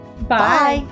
Bye